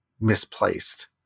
misplaced